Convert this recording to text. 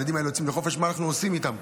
הילדים האלה יוצאים לחופש, מה אנחנו עושים איתם?